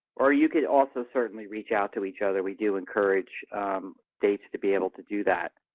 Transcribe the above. or you could also certainly reach out to each other. we do encourage states to be able to do that.